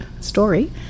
story